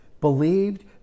believed